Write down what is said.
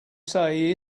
say